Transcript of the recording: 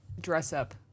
dress-up